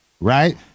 Right